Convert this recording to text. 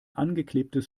angeklebtes